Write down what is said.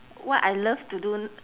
what I love to do n~